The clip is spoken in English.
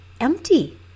empty